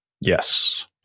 Yes